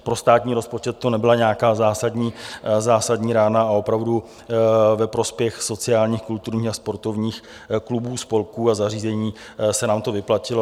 Pro státní rozpočet to nebyla nějaká zásadní rána a opravdu ve prospěch sociálních, kulturních a sportovních klubů, spolků a zařízení se nám to vyplatilo.